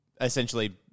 essentially